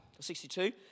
62